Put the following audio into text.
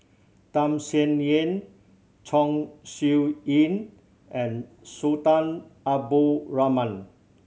Tham Sien Yen Chong Siew Ying and Sultan Abdul Rahman